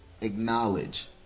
acknowledge